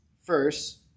first